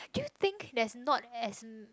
do you think there's not as